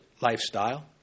lifestyle